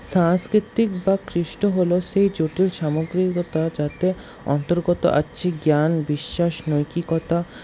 সাংস্কৃতিক বা কৃষ্ট হলো সেই জটিল সামগ্রিকতা যাতে অন্তর্গত আছে জ্ঞান বিশ্বাস নৈতিকতা